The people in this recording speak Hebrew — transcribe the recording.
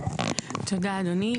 תודה, אדוני.